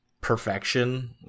perfection